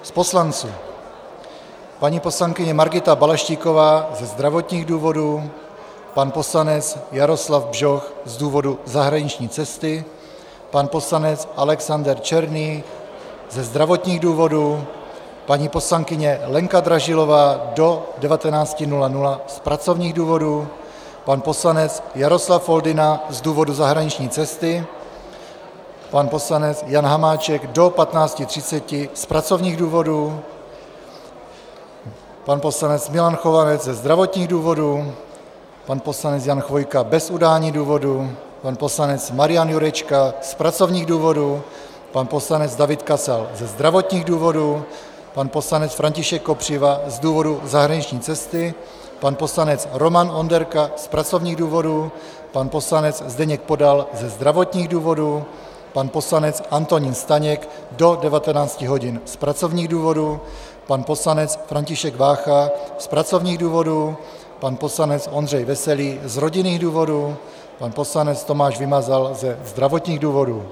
Z poslanců paní poslankyně Margita Balaštíková ze zdravotních důvodů, pan poslanec Jaroslav Bžoch z důvodu zahraniční cesty, pan poslanec Alexander Černý ze zdravotních důvodů, paní poslankyně Lenka Dražilová do 19 hodin z pracovních důvodů, pan poslanec Jaroslav Foldyna z důvodu zahraniční cesty, pan poslanec Jan Hamáček do 15.30 z pracovních důvodů, pan poslanec Milan Chovanec ze zdravotních důvodů, pan poslanec Jan Chvojka bez udání důvodu, pan poslanec Marian Jurečka z pracovních důvodů, pan poslanec David Kasal ze zdravotních důvodů, pan poslanec František Kopřiva z důvodu zahraniční cesty, pan poslanec Roman Onderka z pracovních důvodů, pan poslanec Zdeněk Podal ze zdravotních důvodů, pan poslanec Antonín Staněk do 19 hodin z pracovních důvodů, pan poslanec František Vácha z pracovních důvodů, pan poslanec Ondřej Veselý z rodinných důvodů, pan poslanec Tomáš Vymazal ze zdravotních důvodů.